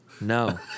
No